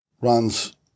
runs